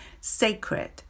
sacred